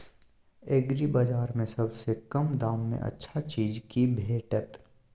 एग्रीबाजार में सबसे कम दाम में अच्छा चीज की भेटत?